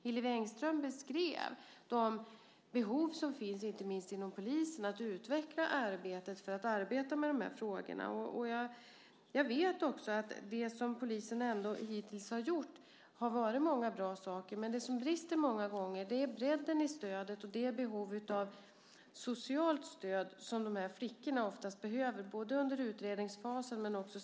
Hillevi Engström beskrev de behov som finns, inte minst inom polisen, av att utveckla arbetet med dessa frågor. Jag vet att det som polisen hittills har gjort i många fall har varit mycket bra. Men många gånger har det funnits brister i bredden i stödet - de här flickorna har ofta behov av socialt stöd både under utredningsfasen och efteråt.